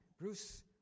Bruce